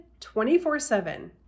24-7